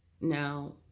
now